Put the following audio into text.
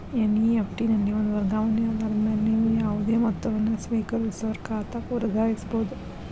NEFT ನಲ್ಲಿ ಒಂದ ವರ್ಗಾವಣೆ ಆಧಾರದ ಮ್ಯಾಲೆ ನೇವು ಯಾವುದೇ ಮೊತ್ತವನ್ನ ಸ್ವೇಕರಿಸೋರ್ ಖಾತಾಕ್ಕ ವರ್ಗಾಯಿಸಬಹುದ್